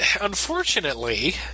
unfortunately